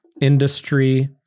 industry